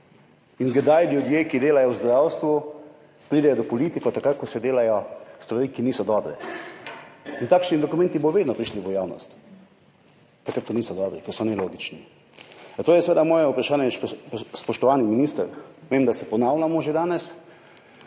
pridejo ljudje, ki delajo v zdravstvu, do politikov? Takrat, ko se delajo stvari, ki niso dobre. Takšni dokumenti bodo vedno prišli v javnost, takrat, ko niso dobri, ko so nelogični. Zato je seveda moje vprašanje, spoštovani minister, vem, da se danes